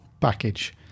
package